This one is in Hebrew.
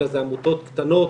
אלא זה אגודות קטנות